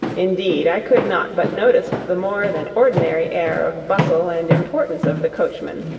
indeed, i could not but notice the more than ordinary air of bustle and importance of the coachman,